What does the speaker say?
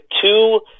two